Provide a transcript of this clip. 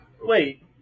Wait